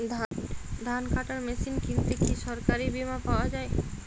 ধান কাটার মেশিন কিনতে কি সরকারী বিমা পাওয়া যায়?